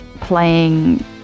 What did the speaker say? playing